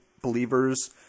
believers